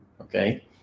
Okay